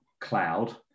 cloud